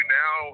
now